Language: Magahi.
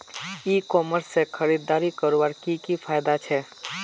ई कॉमर्स से खरीदारी करवार की की फायदा छे?